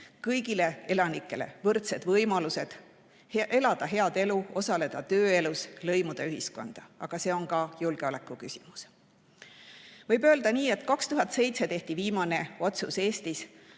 kõigile elanikele võrdsed võimalused elada head elu, osaleda tööelus, lõimuda ühiskonda, aga see on ka julgeolekuküsimus. Võib öelda nii, et 2007 tehti viimane otsus Eestis